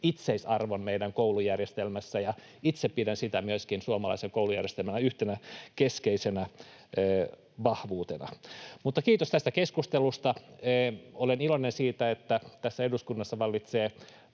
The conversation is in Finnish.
itseisarvo meidän koulujärjestelmässä, ja itse pidän sitä myöskin suomalaisen koulujärjestelmän yhtenä keskeisenä vahvuutena. Kiitos tästä keskustelusta. Olen iloinen siitä, että tässä eduskunnassa vallitsee